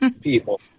people